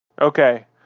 okay